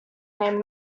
named